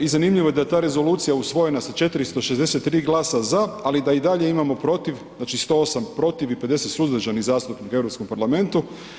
I zanimljivo je da je ta Rezolucija usvojena sa 463 glasa za, ali da i dalje imamo protiv znači 108 protiv i 50 suzdržanih zastupnika u Europskom parlamentu.